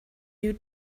you